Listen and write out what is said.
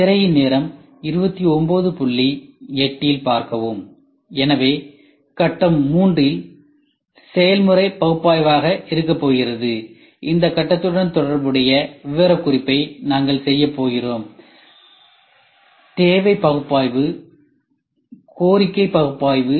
திரையின் நேரம் 2908 ல் பார்க்கவும் எனவே கட்டம் III செயல்முறை பகுப்பாய்வாக இருக்கப்போகிறது இந்த கட்டத்துடன் தொடர்புடைய விவரக்குறிப்பை நாங்கள் செய்யப் போகிறோம் தேவை பகுப்பாய்வு கோரிக்கை பகுப்பாய்வு